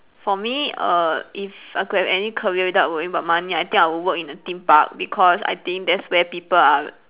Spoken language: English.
for me err if I could have any career without worrying about money I think I would work in the theme park because I think that's where people are